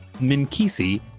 Minkisi